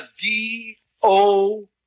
D-O